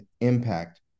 impact